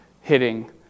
hitting